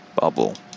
bubble